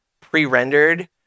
pre-rendered